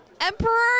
Emperor